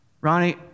Ronnie